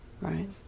right